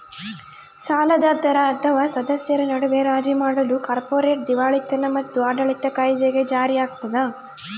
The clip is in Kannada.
ಸಾಲದಾತರ ಅಥವಾ ಸದಸ್ಯರ ನಡುವೆ ರಾಜಿ ಮಾಡಲು ಕಾರ್ಪೊರೇಟ್ ದಿವಾಳಿತನ ಮತ್ತು ಆಡಳಿತ ಕಾಯಿದೆ ಜಾರಿಯಾಗ್ತದ